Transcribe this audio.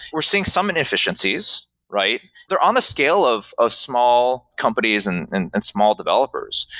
we're seeing some and efficiencies, right? they're on the scale of of small companies and and and small developers.